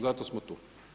Zato smo tu.